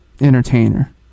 entertainer